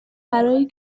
برای